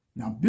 Now